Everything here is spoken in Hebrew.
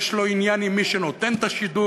יש לו עניין עם מי שנותן את השידור.